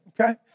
Okay